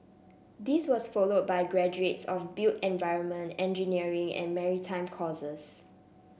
this was followed by graduates of built environment engineering and maritime courses